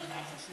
אדוני